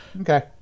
Okay